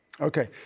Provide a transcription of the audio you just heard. Okay